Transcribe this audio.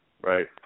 Right